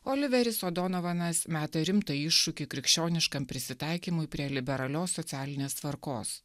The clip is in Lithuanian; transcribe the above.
oliveris odonovanas meta rimtą iššūkį krikščioniškam prisitaikymui prie liberalios socialinės tvarkos